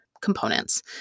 components